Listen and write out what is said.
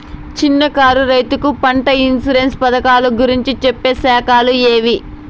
చిన్న కారు రైతుకు పంట ఇన్సూరెన్సు పథకాలు గురించి చెప్పే శాఖలు ఏవి?